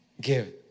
give